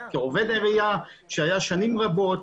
כעובד עירייה שהיה שנים רבות,